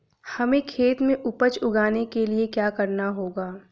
हमें खेत में उपज उगाने के लिये क्या करना होगा?